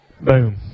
boom